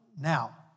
Now